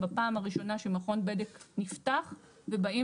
בפעם הראשונה שמכון בדק נפתח ובאים